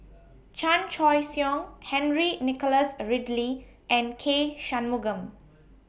Chan Choy Siong Henry Nicholas Ridley and K Shanmugam